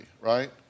right